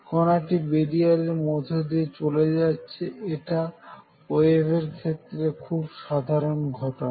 কোনটি বেরিয়ারের মধ্য দিয়ে চলে যাচ্ছে এটা ওয়েভের ক্ষেত্রে খুব সাধারণ ঘটনা